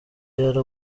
yari